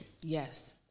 Yes